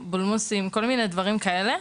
בולמוסים וכל מיני דברים כאלה,